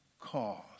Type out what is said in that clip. cause